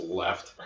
left